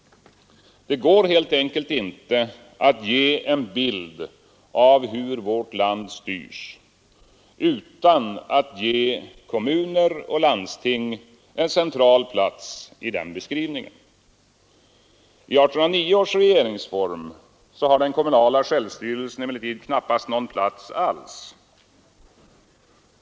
Det går helt enkelt inte att ge en bild av hur vårt land styrs utan att ge kommuner och landsting en central plats i beskrivningen. I 1809 års regeringsform har den kommunala självstyrelsen emellertid knappast någon plats alls.